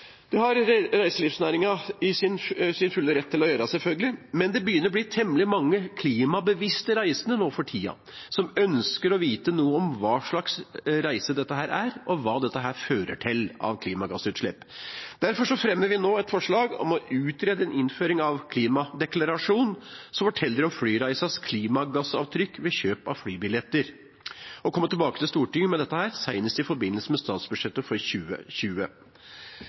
Det er reiselivsnæringen i sin fulle rett til å gjøre, selvfølgelig, men det begynner å bli temmelig mange klimabevisste reisende nå for tida, som ønsker å vite noe om hva slags reise dette er, og hva det fører til av klimagassutslipp. Derfor fremmer vi et forslag om å «utrede en innføring av en klimadeklarasjon som forteller om flyreisens klimagassavtrykk ved kjøp av flybilletter og komme tilbake til Stortinget med dette senest i forbindelse med statsbudsjettet for 2020».